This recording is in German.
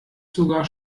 sogar